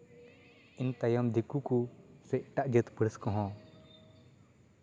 ᱤᱱᱟᱹ ᱛᱟᱭᱚᱢ ᱫᱤᱠᱩ ᱠᱚ ᱥᱮ ᱮᱴᱟᱜ ᱡᱟᱹᱛ ᱯᱟᱹᱨᱤᱥ ᱠᱚᱦᱚᱸ